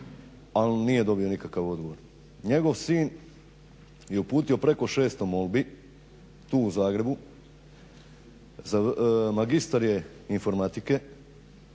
ali nije dobio nikakav odgovor. Njegov sin je uputio preko 600 molbi tu u Zagrebu, magistar je informatike